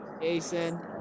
Jason